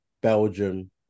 Belgium